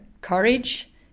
courage